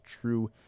true